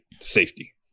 safety